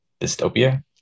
dystopia